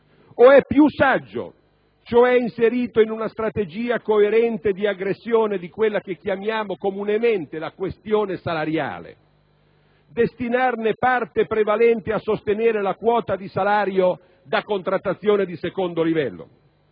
o è più saggio - cioè inserito in una strategia coerente di aggressione di quella che chiamiamo comunemente la questione salariale - destinarne parte prevalente a sostenere la quota di salario da contrattazione di secondo livello?